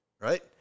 right